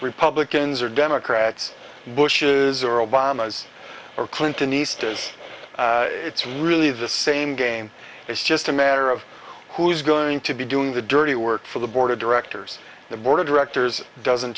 republicans or democrats bush's or obama's or clinton easters it's really the same game it's just a matter of who's going to be doing the dirty work for the board of directors the board of directors doesn't